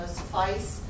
suffice